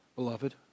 beloved